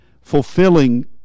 fulfilling